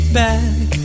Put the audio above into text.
back